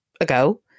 ago